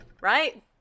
right